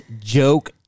joke